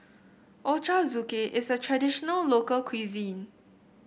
Ochazuke is a traditional local cuisine